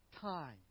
time